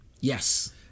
Yes